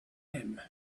him